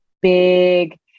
big